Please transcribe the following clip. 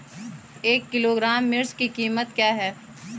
एक किलोग्राम मिर्च की कीमत क्या है?